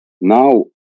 Now